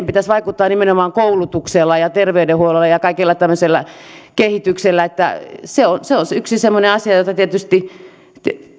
pitäisi vaikuttaa nimenomaan koulutuksella ja terveydenhuollolla ja kaikella tämmöisellä kehityksellä se olisi yksi semmoinen asia johon tietysti